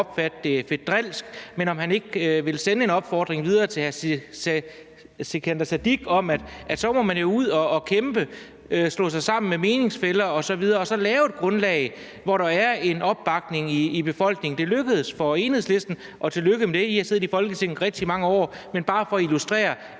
– om han ikke vil sende en opfordring til hr. Sikandar Siddique om, at så må man jo ud at kæmpe, slå sig sammen med meningsfæller osv., og så lave et grundlag, som der er en opbakning til i befolkningen. Det lykkedes for Enhedslisten og tillykke med det; I har siddet i Folketinget i rigtig mange år. Men det er bare for at illustrere,